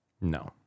no